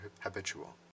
habitual